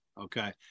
Okay